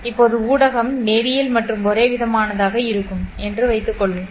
இப்போது ஊடகம் நேரியல் மற்றும் ஒரேவிதமானதாக இருக்கும் என்று வைத்துக் கொள்வோம்